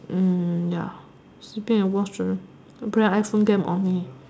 ya sleeping and watch the play iPhone game only